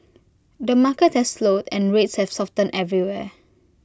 the market has slowed and rates have softened everywhere